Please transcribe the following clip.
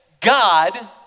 God